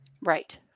Right